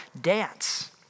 dance